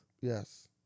Yes